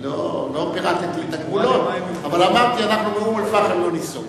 לא פירטתי את הגבולות אבל אמרתי: אנחנו מאום-אל-פחם לא ניסוג.